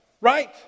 Right